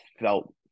felt